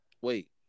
Wait